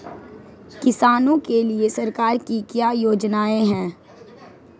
किसानों के लिए सरकार की क्या योजनाएं हैं?